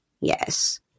yes